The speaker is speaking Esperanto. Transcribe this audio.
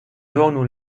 donu